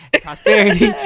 Prosperity